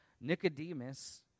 nicodemus